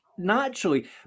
naturally